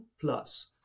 plus